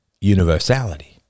Universality